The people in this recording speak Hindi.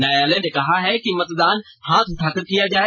न्यायालय ने कहा है मतदान हाथ उठाकर किया जाए